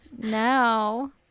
no